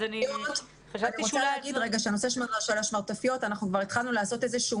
אז חשבתי שאולי --- בנושא השמרטפיות כבר התחלנו לעשות איזשהו